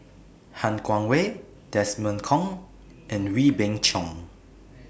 Han Guangwei Desmond Kon and Wee Beng Chong